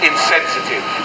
insensitive